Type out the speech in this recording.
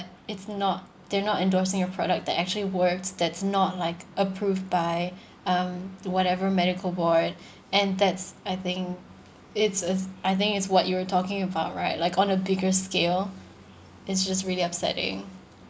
it's not they're not endorsing a product that actually works that's not like approved by um the whatever medical board and that's I think it's it's I think it's what you were talking about right like on a bigger scale it's just really upsetting